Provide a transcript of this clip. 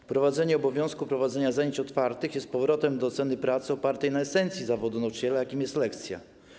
Wprowadzenie obowiązku prowadzenia zajęć otwartych jest powrotem do oceny pracy opartej na esencji zawodu nauczyciela, jaką jest lekcja.